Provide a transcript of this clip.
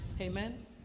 Amen